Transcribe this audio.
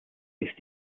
ist